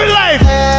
life